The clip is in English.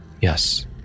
yes